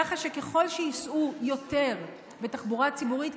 ככה שככל שייסעו יותר בתחבורה ציבורית,